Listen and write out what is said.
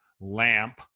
lamp